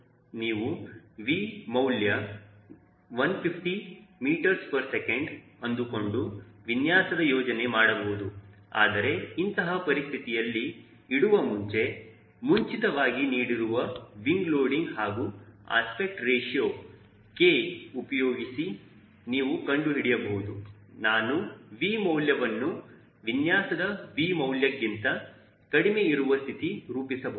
ನೀವು V ಮೌಲ್ಯ 150 ms ಅಂದುಕೊಂಡು ವಿನ್ಯಾಸದ ಯೋಜನೆ ಮಾಡಬಹುದು ಆದರೆ ಇಂತಹ ಪರಿಸ್ಥಿತಿಯಲ್ಲಿ ಇಡುವ ಮುಂಚೆ ಮುಂಚಿತವಾಗಿ ನೀಡಿರುವ ವಿಂಗ್ ಲೋಡಿಂಗ್ ಹಾಗೂ ಅಸ್ಪೆಕ್ಟ್ ರೇಶ್ಯೂ K ಉಪಯೋಗಿಸಿ ನಾವು ಕಂಡುಹಿಡಿಯಬಹುದು ನಾನು V ಮೌಲ್ಯವನ್ನು ವಿನ್ಯಾಸದ V ಮೌಲ್ಯಗಿಂತ ಕಡಿಮೆ ಇರುವ ಸ್ಥಿತಿ ರೂಪಿಸಬಹುದು